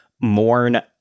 Mourn